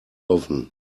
oven